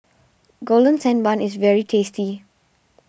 Golden Sand Bun is very tasty